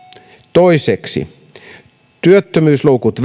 toiseksi työttömyysluvut